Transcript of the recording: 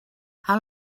how